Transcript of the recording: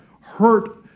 hurt